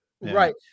right